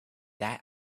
that